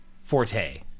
forte